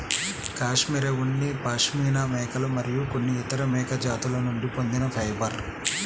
cashmere ఉన్ని పాష్మినా మేకలు మరియు కొన్ని ఇతర మేక జాతుల నుండి పొందిన ఫైబర్